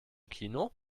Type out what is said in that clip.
kino